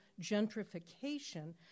gentrification